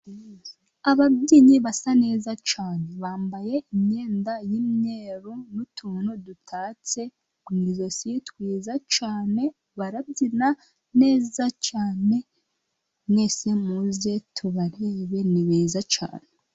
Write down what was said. Ababyinnyi basa neza cyane, bambaye imyenda y'umweru n'utuntu dutatse mu ijosi twiza cyane, barabyina neza cyane, mwese muze tubarebe ni beza cyane.